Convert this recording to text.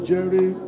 Jerry